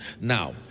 Now